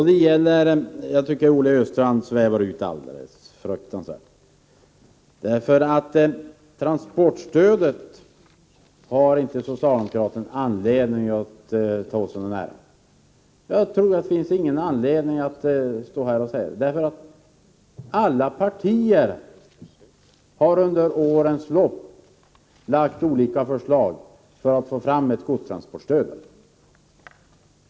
Herr talman! Jag tycker att Olle Östrand svävar ut alldeles fruktansvärt. Socialdemokraterna har nämligen ingen anledning att ta åt sig äran av transportstödet. Alla partier har under årens lopp lagt fram olika förslag för att åstadkomma ett godstransportstöd.